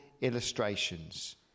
illustrations